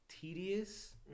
tedious